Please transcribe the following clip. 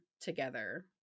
together